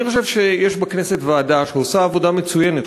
אני חושב שיש בכנסת ועדה שעושה עבודה מצוינת,